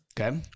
Okay